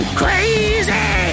crazy